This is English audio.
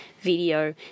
video